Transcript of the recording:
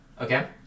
okay